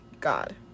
God